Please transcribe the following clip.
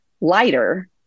lighter